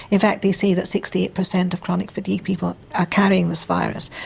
in fact they say that sixty eight percent of chronic fatigue people are carrying this virus.